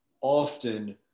often